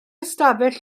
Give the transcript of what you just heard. ystafell